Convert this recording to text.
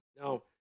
Now